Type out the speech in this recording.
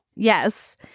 Yes